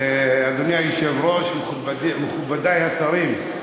אדוני היושב-ראש, מכובדי השרים,